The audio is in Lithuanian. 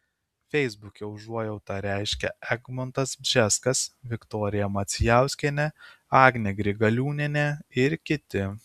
feisbuke užuojautą reiškia egmontas bžeskas viktorija macijauskienė agnė grigaliūnienė ir kiti